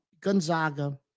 Gonzaga